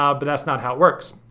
um but that's not how it works.